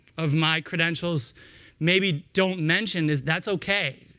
of my credentials maybe don't mention is that's ok,